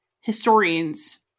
historians